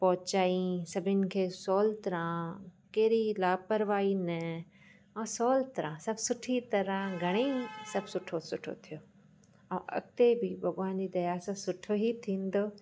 पहुचाई सभिनि खे सवली तरह कहिड़ी लापरवाई न ऐं सवली तरह सभु सुठी तरह घणी सभु सुठो सुठो थियो ऐं अॻिते बि भॻवान जी दया सां सुठी ई थींदो